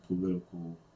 political